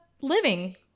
living